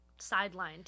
sidelined